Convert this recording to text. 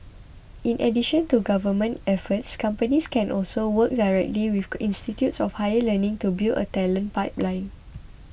in addition to government efforts companies can also work directly with institutes of higher learning to build a talent pipeline